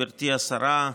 גברתי השרה,